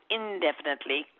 indefinitely